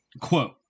Quote